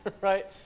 right